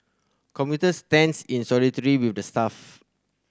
commuter stands in with the staff